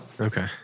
Okay